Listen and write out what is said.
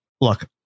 look